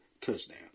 touchdown